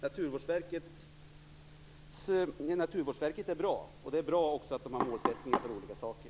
Naturvårdsverket är bra, och det är också bra att Naturvårdsverket har målsättningar för olika saker.